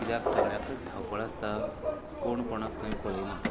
कित्याक सगळ्याकच धांवपळ आसता कोण कोणाक खंय पळयना